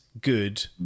good